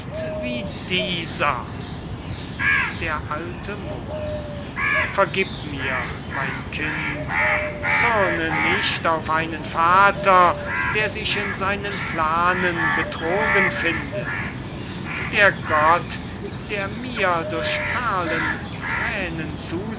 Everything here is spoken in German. wie dieser d a moor vergib mir mein kind zürne nicht auf einen vater der sich in seinen planen betrogen findet der gott der mir durch karln thränen